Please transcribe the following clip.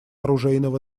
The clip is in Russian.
оружейного